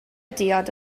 diod